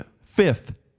fifth